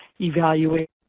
evaluate